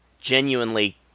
genuinely